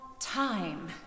time